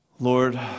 Lord